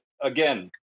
again